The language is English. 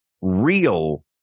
real